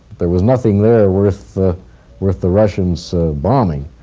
there was nothing there worth the worth the russians bombing.